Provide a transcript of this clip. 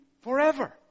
forever